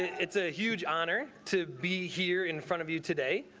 it's a huge honor to be here in front of you today.